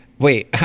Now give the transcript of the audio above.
Wait